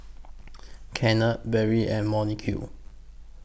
Kennard Barry and Monique